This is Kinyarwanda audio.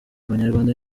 abanyarwanda